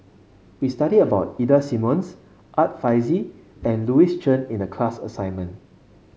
we studied about Ida Simmons Art Fazil and Louis Chen in the class assignment